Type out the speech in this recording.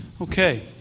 Okay